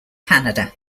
canada